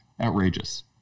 Outrageous